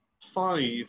five